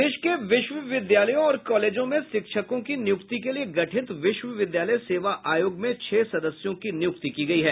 प्रदेश के विश्वविद्यालयों और कॉलेजों में शिक्षकों की निय्रक्ति के लिए गठित विश्वविद्यालय सेवा आयोग में छह सदस्यों की नियुक्ति की गयी है